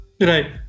Right